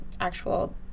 actual